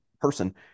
person